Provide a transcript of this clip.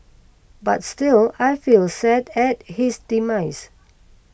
but still I feel sad at his demise